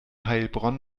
heilbronn